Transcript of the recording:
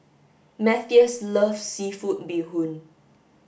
Matthias loves seafood bee hoon